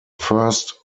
first